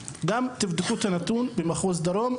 תבדקו את הנתון הזה במחוז דרום,